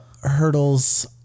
hurdles